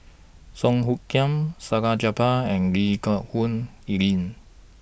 Song Hoot Kiam Salleh Japar and Lee Geck Hoon Ellen